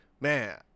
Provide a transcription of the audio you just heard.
Man